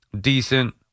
decent